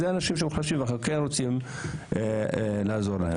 ואנחנו רוצים לעזור להם.